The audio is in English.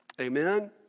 Amen